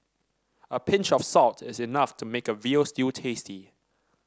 a pinch of salt is enough to make a veal stew tasty